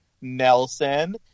Nelson